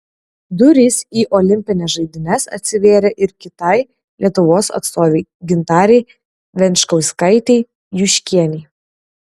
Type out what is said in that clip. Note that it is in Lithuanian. durys į olimpines žaidynes atsivėrė ir kitai lietuvos atstovei gintarei venčkauskaitei juškienei